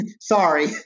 sorry